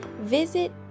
visit